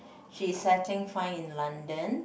she's settling fine in London